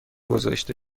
گذاشته